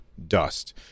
Dust